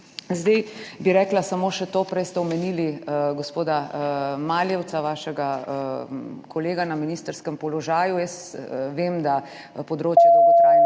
Zdaj bi rekla samo še to. Prej ste omenili gospoda Maljevca, svojega kolega na ministrskem položaju. Vem, da področje dolgotrajne